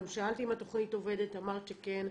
גם שאלתי אם התוכנית עובדת, אמרת שכן.